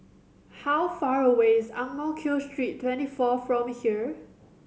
how far away is Ang Mo Kio Street Twenty four from here